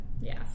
Yes